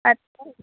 அது